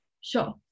Sure